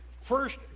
first